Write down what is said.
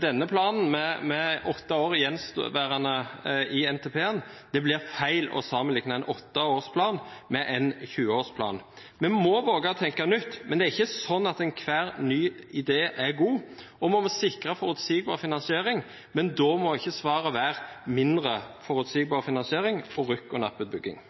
denne planen med åtte gjenværende år i NTP-en. Det blir feil å sammenligne en åtteårsplan med en tjueårsplan. Vi må våge å tenke nytt, men det er ikke sånn at enhver ny idé er god. Vi må sikre forutsigbar finansiering, men da må ikke svaret være mindre forutsigbar finansiering og rykk-og-napp-utbygging.